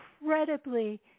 incredibly